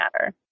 matter